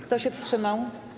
Kto się wstrzymał?